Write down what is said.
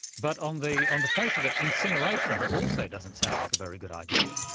but on the on the face of it, incineration also doesn't sound like a very good idea.